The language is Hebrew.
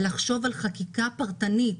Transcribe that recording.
לחשוב על חקיקה פרטנית